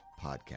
podcast